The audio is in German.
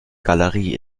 galerie